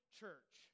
church